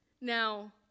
Now